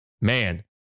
man